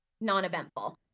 non-eventful